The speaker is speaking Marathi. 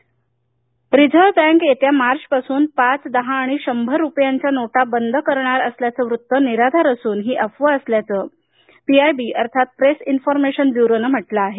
रिझर्व्ह बँक रिझर्व्ह बँक येत्या मार्चपासून पाच दहा आणि शंभर रुपयांच्या नोटा बंद करणार असल्याचं वृत्त निराधार असून ही अफवा असल्याचं पीआयबी प्रेस इन्फोर्मेशन ब्युरोनं म्हटलं आहे